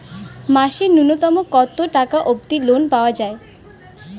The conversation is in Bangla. মাসে নূন্যতম কতো টাকা অব্দি লোন পাওয়া যায়?